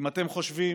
אם אתם חושבים